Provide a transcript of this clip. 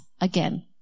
again